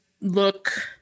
look